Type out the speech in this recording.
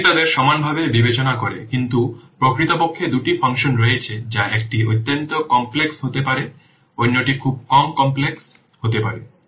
এটি তাদের সমানভাবে বিবেচনা করে কিন্তু প্রকৃতপক্ষে দুটি ফাংশন রয়েছে যা একটি অত্যন্ত কমপ্লেক্স হতে পারে অন্যটি খুব কম কমপ্লেক্স হতে পারে